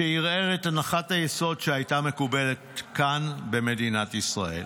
שערער את הנחת היסוד שהייתה מקובלת כאן במדינת ישראל.